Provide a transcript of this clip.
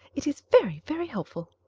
it is very, very helpful.